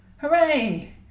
Hooray